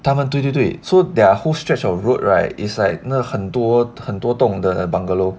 他们对对对 so their whole stretch of road right is like 那很多很多洞的 bungalow